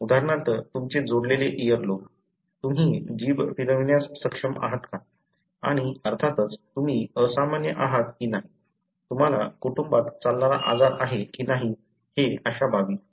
उदाहरणार्थ तुमचे जोडलेले इअरलोब तुम्ही जीभ फिरवण्यास सक्षम आहात का आणि अर्थातच तुम्ही असामान्य आहात की नाही तुम्हाला कुटुंबात चालणारा आजार आहे की नाही हे अशा बाबी